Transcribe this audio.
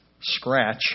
scratch